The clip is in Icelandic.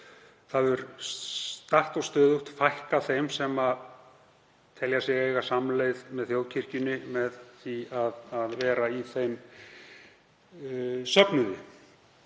að hér hefur stöðugt fækkað þeim sem telja sig eiga samleið með þjóðkirkjunni með því að vera í þeim söfnuði.